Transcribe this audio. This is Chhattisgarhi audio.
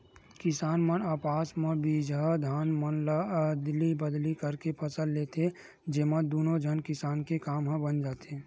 किसान मन आपस म बिजहा धान मन ल अदली बदली करके फसल ले लेथे, जेमा दुनो झन किसान के काम ह बन जाथे